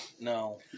No